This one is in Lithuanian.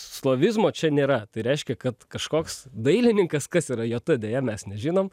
slavizmo čia nėra tai reiškia kad kažkoks dailininkas kas yra j t deja mes nežinom